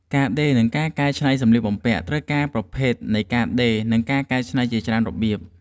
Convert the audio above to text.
ការដេរ និងការកែច្នៃសម្លៀកបំពាក់ ត្រូវការប្រភេទនៃការដេរ និងការកែច្នៃជាច្រើនរបៀប។